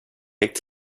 act